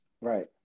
Right